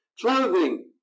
clothing